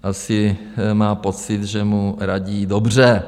Asi má pocit, že mu radí dobře.